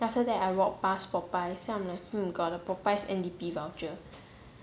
then after that I walk past popeyes then I was like hmm got the popeyes N_D_P voucher